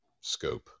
scope